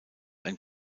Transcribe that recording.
ein